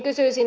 kysyisin